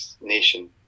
nation